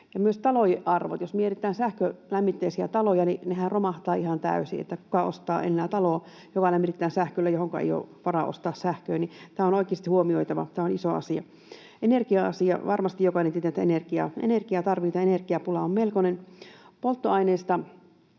myös talojen arvot: Jos mietitään sähkölämmitteisiä taloja, niin niiden arvothan romahtavat ihan täysin. Kuka ostaa enää taloa, joka lämmitetään sähköllä, jonka ostamiseen ei ole varaa? Tämä on oikeasti huomioitava — tämä on iso asia. Energia-asia: Varmasti jokainen tietää, että energiaa tarvitaan. Energiapula on melkoinen. Polttoaineista: